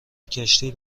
کشتی